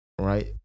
right